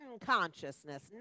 consciousness